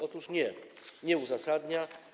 Otóż nie, nie uzasadnia.